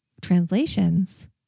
translations